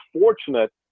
fortunate